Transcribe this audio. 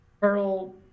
Pearl